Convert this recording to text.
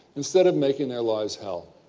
instead of making their lives hell.